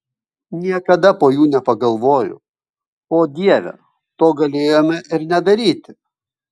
niekada po jų nepagalvoju o dieve to galėjome ir nedaryti